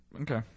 Okay